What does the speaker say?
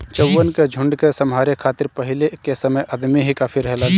चउवन के झुंड के सम्हारे खातिर पहिले के समय अदमी ही काफी रहलन